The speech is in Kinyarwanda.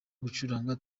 gucuranga